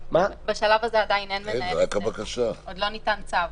בשלב הזה עדיין אין מנהל הסדר, עוד לא ניתן צו.